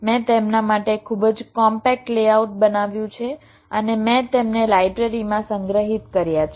મેં તેમના માટે ખૂબ જ કોમ્પેક્ટ લેઆઉટ બનાવ્યું છે અને મેં તેમને લાઇબ્રેરીમાં સંગ્રહિત કર્યા છે